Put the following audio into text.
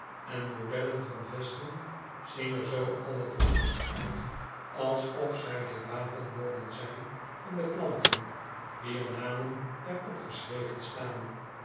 en modellen van vesten zien er zoo allerdroevigst uit alsof zij de wapenborden zijn van de klanten wier namen er op geschreven staan